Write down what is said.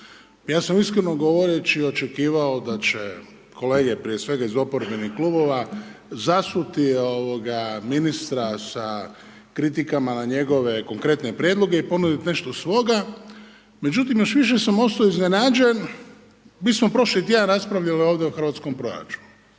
Ja sam iskreno govoreći očekivao da će kolege prije svega iz oporbenih klubova zasuti ministra sa kritikama na njegove konkretne prijedloge i ponuditi nešto svoga. Međutim, još više sam ostao iznenađen, mi smo prošli tjedan raspravljali ovdje o hrvatskom proračunu,